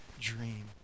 dream